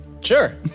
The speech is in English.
Sure